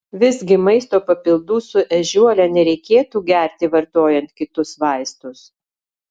visgi maisto papildų su ežiuole nereikėtų gerti vartojant kitus vaistus